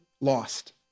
lost